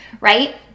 right